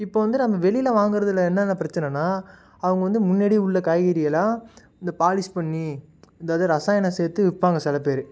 இப்போது வந்து நம்ம வெளியில் வாங்குறதில் என்னென்ன பிரச்சனைன்னா அவங்க வந்து முன்னாடி உள்ள காய்கறியெல்லாம் இந்த பாலிஷ் பண்ணி இந்த இது ரசாயனம் சேர்த்து விற்பாங்க சில பேர்